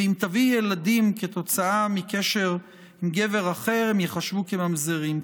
ואם תביא ילדים כתוצאה מקשר עם גבר אחר הם ייחשבו כממזרים.